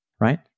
right